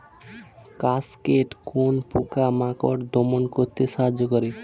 Cascade কোন পোকা মাকড় দমন করতে সাহায্য করে?